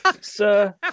sir